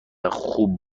خوب